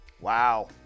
Wow